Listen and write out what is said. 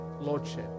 Lordship